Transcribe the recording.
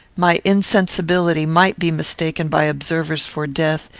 my insensibility might be mistaken by observers for death,